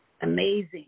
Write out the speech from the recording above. amazing